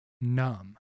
Numb